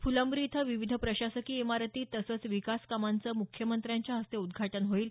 फुलंब्री इथं विविध प्रशासकीय इमारती तसंच विकासकामांचं मुख्यमंत्र्यांच्या हस्ते उद्घाटन होईल